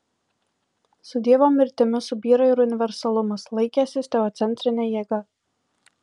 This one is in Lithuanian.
su dievo mirtimi subyra ir universalumas laikęsis teocentrine jėga